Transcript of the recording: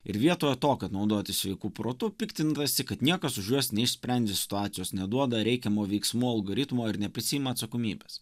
ir vietoje to kad naudotis sveiku protu piktintasi kad niekas už juos neišsprendžia situacijos neduoda reikiamų veiksmų algoritmo ir neprisiima atsakomybės